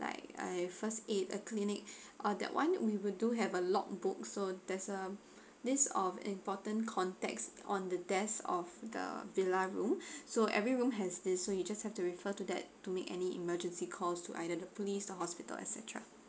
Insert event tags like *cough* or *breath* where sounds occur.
like a first aid a clinic *breath* or that [one] we will do have a logbook so there's um list of important contacts on the desk of the villa room *breath* so every room has this so you just have to refer to that to make any emergency calls to either the police the hospital et cetera